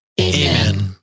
Amen